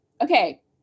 Okay